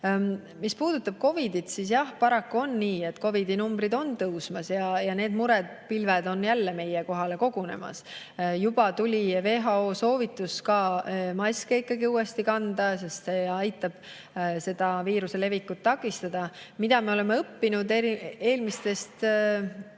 puudutab COVID‑it, siis jah, paraku on nii, et COVID‑i numbrid on tõusmas ja need murepilved on jälle meie kohale kogunemas. Juba tuli WHO soovitus maske uuesti kanda, sest see aitab viiruse levikut takistada. Mida me oleme õppinud eelmistest